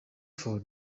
for